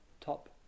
top